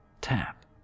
tap